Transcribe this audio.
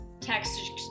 text